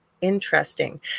Interesting